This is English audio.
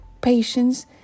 patience